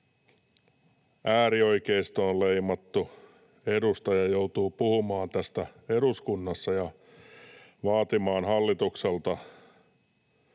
äärioikeistoon leimattu edustaja joutuu puhumaan tästä eduskunnassa ja vaatimaan hallitukselta